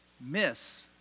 miss